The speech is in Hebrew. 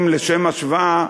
לשם השוואה,